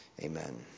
amen